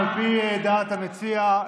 על פי דעת המציע,